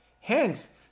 Hence